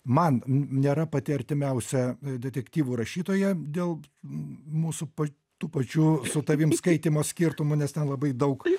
man nėra pati artimiausia detektyvų rašytoja dėl mūsų pa tų pačių su tavim skaitymo skirtumų nes ten labai daug